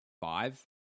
five